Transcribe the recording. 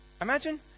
imagine